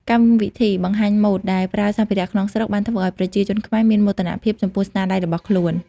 កម្មវិធីបង្ហាញម៉ូដដែលប្រើសម្ភារៈក្នុងស្រុកបានធ្វើឲ្យប្រជាជនខ្មែរមានមោទនភាពចំពោះស្នាដៃរបស់ខ្លួន។